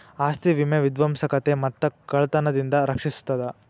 ಆಸ್ತಿ ವಿಮೆ ವಿಧ್ವಂಸಕತೆ ಮತ್ತ ಕಳ್ತನದಿಂದ ರಕ್ಷಿಸ್ತದ